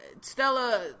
Stella